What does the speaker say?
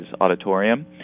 auditorium